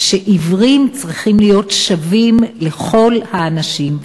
שעיוורים צריכים להיות שווים לכל האנשים.